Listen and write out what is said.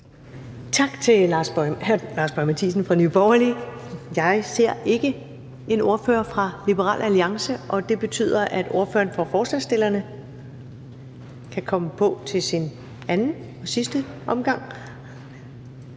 Tak til hr. Lars Boje Mathiesen fra Nye Borgerlige. Jeg ser ikke en ordfører fra Liberal Alliance. Det betyder, at ordføreren for forslagsstillerne kan komme på til sin anden og sidste omgang,